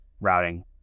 routing